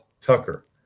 Tucker